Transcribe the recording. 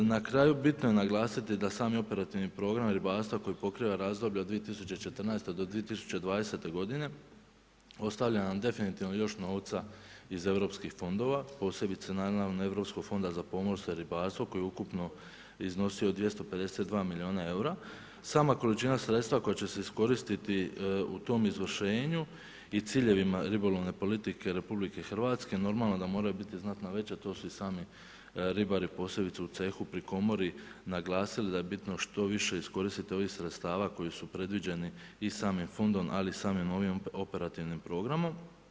Na kraju bitno je naglasiti da sami operativni programi ribarstva koji pokriva razdoblje od 2014. do 2020. g. ostavlja nam definitivno još novca iz europskih fondova posebice naravno europskog Fonda za pomorstvo i ribarstvo koji je ukupno iznosio 252 milijuna eura, sama količina sredstva koja će se iskoristiti u tom izvršenju i ciljevima ribolovne politike RH, normalno da moraju biti znatno veća, to su u i sami ribari, posebice u cehu pri komori naglasili da je bitno što više iskoristiti ovih sredstava koje su predviđeni i samim fondom ali i samim ovim operativnim programom.